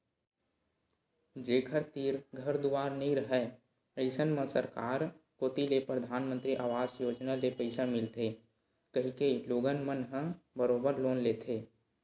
जेखर तीर घर दुवार नइ राहय अइसन म सरकार कोती ले परधानमंतरी अवास योजना ले पइसा मिलथे कहिके लोगन मन ह बरोबर लोन लेथे